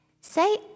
say